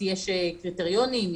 יש קריטריונים,